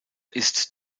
ist